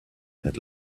had